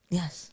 Yes